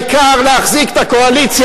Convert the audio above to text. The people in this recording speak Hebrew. לבנות.